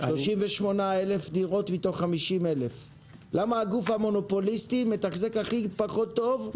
38,000 דירות מתוך 50,000. למה הגוף המונופוליסטי מתחזק הכי פחות טוב,